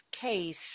case